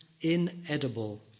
inedible